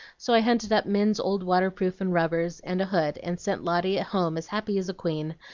so i hunted up min's old waterproof and rubbers, and a hood, and sent lotty home as happy as a queen,